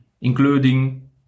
including